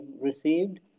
received